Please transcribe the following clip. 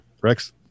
Rex